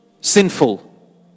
sinful